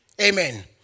Amen